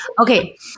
Okay